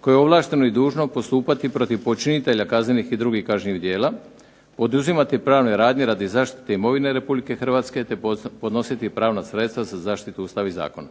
koje je ovlašteno i dužno postupati protiv počinitelja kaznenih i drugih kažnjivih djela, poduzimati pravne radnje radi zaštite imovine Republike Hrvatske, te podnositi pravna sredstva za zaštitu Ustava i zakona.